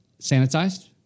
sanitized